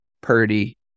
Purdy